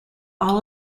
all